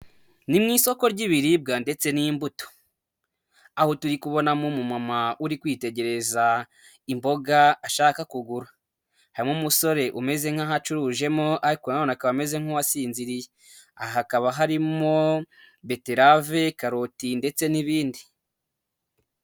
Ni mu isoko ry'ibiribwa ndetse n'imbuto, aho turi kubonamo umumama uri kwitegereza imboga ashaka kugura, harimo umusore umeze nk'aho acurujemo ariko na none akaba ameze nk'uwasinziriye, aha hakaba harimo beterave, karoti ndetse n'ibindi.